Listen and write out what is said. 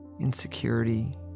insecurity